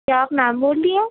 کیا آپ میم بول رہی ہو